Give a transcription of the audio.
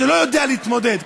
שלא יודע להתמודד,